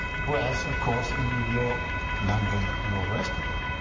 whereas of course, in new york, london, and all the rest of it?